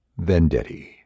Vendetti